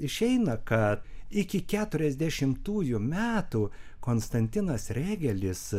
išeina kad iki keturiasdešimtųjų metų konstantinas rėgelis